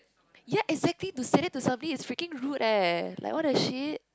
ya exactly to say that to somebody it's freaking rude eh like what the shit